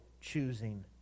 choosing